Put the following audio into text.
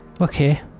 Okay